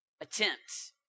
attempt